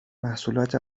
محصولات